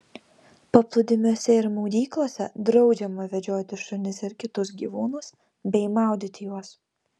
paplūdimiuose ir maudyklose draudžiama vedžioti šunis ir kitus gyvūnus bei maudyti juos